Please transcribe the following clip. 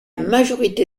majorité